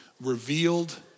revealed